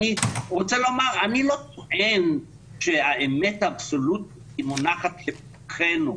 אני לא טוען שהאמת האבסולוטית מונחת לפתחנו,